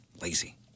Lazy